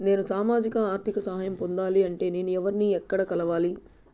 నేను సామాజిక ఆర్థిక సహాయం పొందాలి అంటే నేను ఎవర్ని ఎక్కడ కలవాలి?